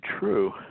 true